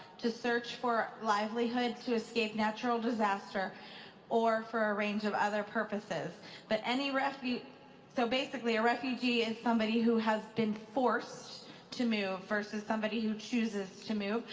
to search for livelihood, to escape natural disaster or for a range of other purposes. but any so basically a refugee is somebody who has been forced to move, versus somebody who chooses to move,